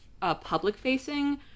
public-facing